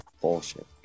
Bullshit